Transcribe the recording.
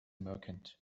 merchant